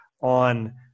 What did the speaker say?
on